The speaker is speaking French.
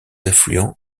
affluents